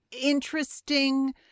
interesting